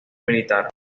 militar